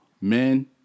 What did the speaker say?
men